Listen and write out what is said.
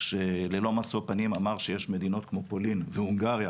שללא משוא פנים אמר שיש מדינות כמו פולין והונגריה